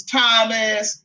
Thomas